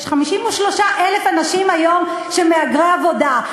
יש היום 53,000 אנשים שהם מהגרי עבודה.